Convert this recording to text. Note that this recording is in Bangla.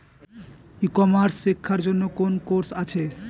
ই কমার্স শেক্ষার জন্য কোন কোর্স আছে?